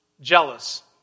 jealous